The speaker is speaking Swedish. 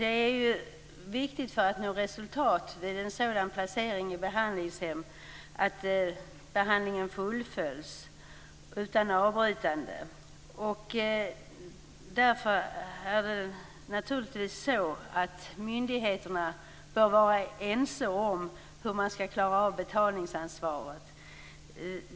Det är viktigt för att nå resultat vid placering i behandlingshem att behandlingen fullföljs utan att avbrytas. Myndigheterna bör vara ense om betalningsansvaret.